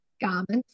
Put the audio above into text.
garments